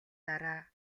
дараа